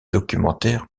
documentaires